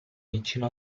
vicino